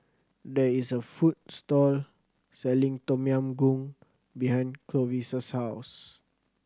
there is a food store selling Tom Yam Goong behind Clovis' house